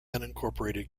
unincorporated